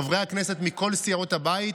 חברי הכנסת מכל סיעות הבית